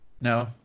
no